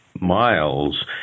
miles